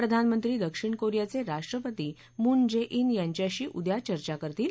प्रधानमंत्री दक्षिण कोरियाचे राष्ट्रपती मून जे ित यांच्याशी उद्या चर्चा करतील